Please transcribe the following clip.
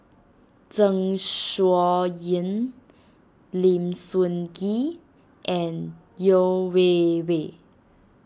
Zeng Shouyin Lim Sun Gee and Yeo Wei Wei